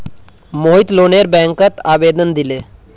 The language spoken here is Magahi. मोहित लोनेर बैंकत आवेदन दिले